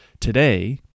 Today